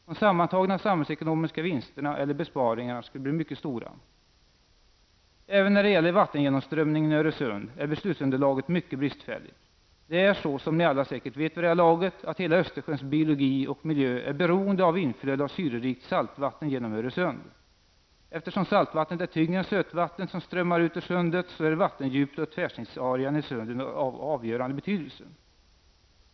De sammantagna samhällsekonomiska vinsterna eller besparingarna skulle bli mycket stora. Även när det gäller vattengenomströmningen i Öresund är beslutsunderlaget mycket bristfälligt. Det är så, som ni alla säkert vet vid det här laget, att hela Östersjöns biologi och miljö är beroende av inflöde av syrerikt saltvatten genom Öresund. Eftersom saltvattnet är tyngre än sötvattnet som strömmar ut ur Sundet så är vattendjupet och tvärsnittsarean i sundet av avgörande betydelse.